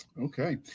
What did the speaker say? okay